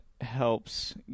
helps